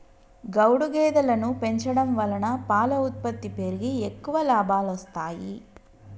గౌడు గేదెలను పెంచడం వలన పాల ఉత్పత్తి పెరిగి ఎక్కువ లాభాలొస్తాయి